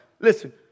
listen